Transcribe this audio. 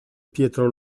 pietro